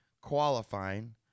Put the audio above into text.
qualifying